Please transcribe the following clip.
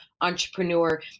entrepreneur